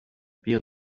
pire